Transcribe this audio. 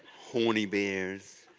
horny bears.